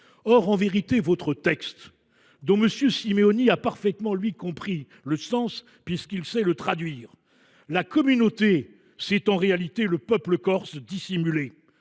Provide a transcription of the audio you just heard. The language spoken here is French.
français. Dans votre texte – dont M. Simeoni a parfaitement compris le sens, puisqu’il sait le traduire –, la communauté, c’est en réalité le peuple corse dissimulé,